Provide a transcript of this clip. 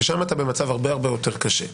ושם אתה במצב הרבה-הרבה יותר קשה.